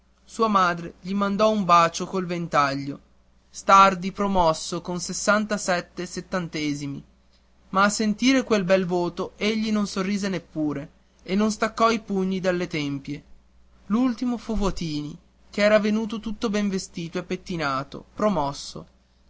sua madre gli mandò un bacio col ventaglio stardi promosso con sessantasette settantesimi ma a sentire quel bel voto egli non sorrise neppure e non staccò i pugni dalle tempie l'ultimo fu votini che era venuto tutto ben vestito e pettinato promosso